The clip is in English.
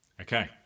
Okay